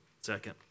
Second